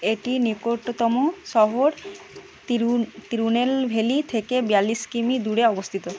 এটি নিকটতম শহর তিরু তিরুনেলভেলি থেকে বিয়াল্লিশ কিমি দূরে অবস্থিত